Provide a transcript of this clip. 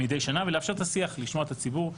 מידי שנה ולאפשר את השיח, לשמוע את הציבור,